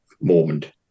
moment